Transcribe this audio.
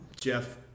Jeff